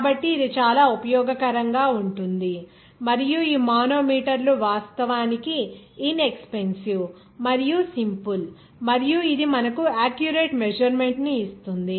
కాబట్టి ఇది చాలా ఉపయోగకరంగా ఉంటుంది మరియు ఈ మానోమీటర్లు వాస్తవానికి ఇన్ ఎక్సపెన్సివ్ మరియు సింపుల్ మరియు ఇది మనకు ఆక్యురేట్ మెజర్మెంట్ ని ఇస్తుంది